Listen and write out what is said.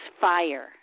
fire